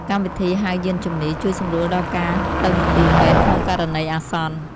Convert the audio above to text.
កម្មវិធីហៅយានជំនិះ ជួយសម្រួលដល់ការទៅមន្ទីរពេទ្យក្នុងករណីអាសន្ន។